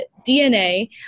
DNA